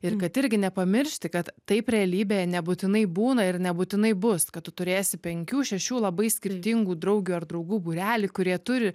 ir kad irgi nepamiršti kad taip realybėje nebūtinai būna ir nebūtinai bus kad tu turėsi penkių šešių labai skirtingų draugių ar draugų būrelį kurie turi